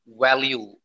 value